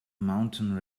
mountain